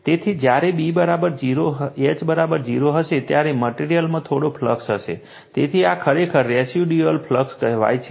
તેથી જ્યારે H 0 હશે ત્યારે મટેરીઅલમાં થોડો ફ્લક્સ હશે તેથી આ ખરેખર રેસિડ્યુઅલ ફ્લક્સ કહેવાય છે